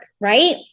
right